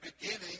beginning